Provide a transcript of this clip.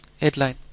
headline